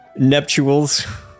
Neptuals